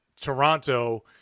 Toronto